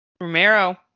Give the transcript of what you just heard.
Romero